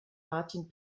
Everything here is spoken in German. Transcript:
martin